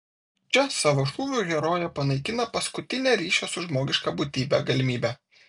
čia savo šūviu herojė panaikina paskutinę ryšio su žmogiška būtybe galimybę